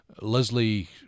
Leslie